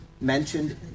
mentioned